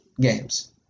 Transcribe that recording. games